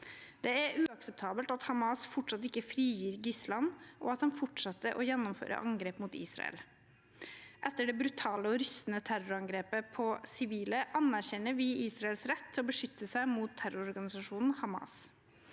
Det er uakseptabelt at Hamas fortsatt ikke frigir gislene, og at de fortsetter å gjennomføre angrep mot Israel. Etter det brutale og rystende terrorangrepet på sivile anerkjenner vi Israels rett til å beskytte seg mot terrororganisasjonen Hamas.